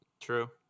True